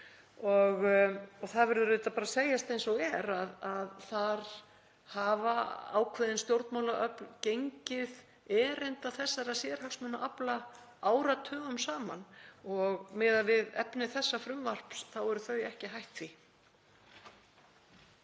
Það verður bara að segjast eins og er að ákveðin stjórnmálaöfl hafa gengið erinda þessara sérhagsmunaafla áratugum saman og miðað við efni þessa frumvarps þá eru þau ekki hætt því.